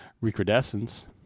recrudescence